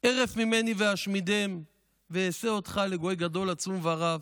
הרף ממני ואשמידם ואעשה אותך לגוי גדול עצום ורב.